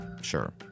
sure